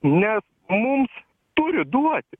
nes mums turi duoti